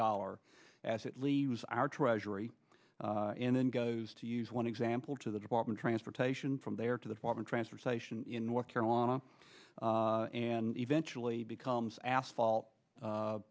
dollar as it leaves our treasury and then goes to use one example to the department transportation from there to the department transportation in north carolina and eventually becomes asphalt